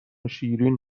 شیرین